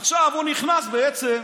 עכשיו, הוא נכנס בעצם